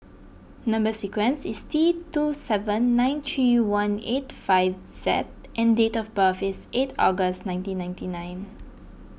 Number Sequence is T two seven nine three one eight five Z and date of birth is eight August nineteen ninety nine